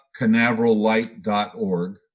canaverallight.org